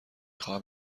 خواهم